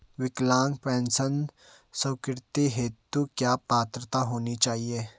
विकलांग पेंशन स्वीकृति हेतु क्या पात्रता होनी चाहिये?